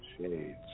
shades